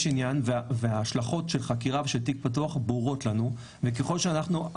יש עניין וההשלכות של חקירה ושל תיק פתוח ברורות לנו וככל שאנחנו,